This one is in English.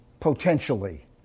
potentially